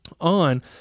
on